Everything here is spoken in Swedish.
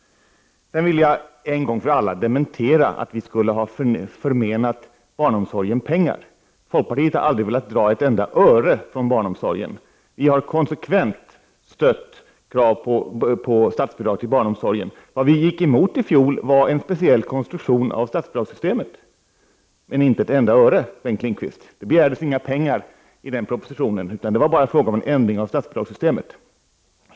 Jag vill en gång för alla dementera att folkpartiet skulle ha förmenat barnomsorgen pengar. Vi har aldrig velat ta ett enda öre från barnomsorgen, utan vi har konsekvent stött krav på statsbidrag till barnomsorgen. Vad vi gick emot i fjol var en speciell konstruktion av statsbidragssystemet, men inte ett enda öre, Bengt Lindqvist. Det begärdes inga pengar i den propositionen, utan det var bara fråga om en ändring av statsbidragssystemet.